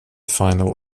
final